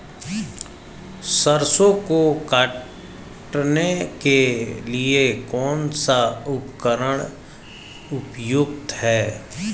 सरसों को काटने के लिये कौन सा उपकरण उपयुक्त है?